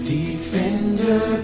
defender